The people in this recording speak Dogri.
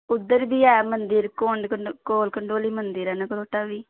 उद्धर बी एह् मंदर कोल कोल कंडोली मंदर ऐ नगरोटै बी